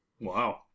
Wow